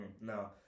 no